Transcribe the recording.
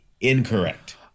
Incorrect